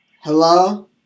Hello